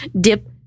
dip